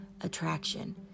attraction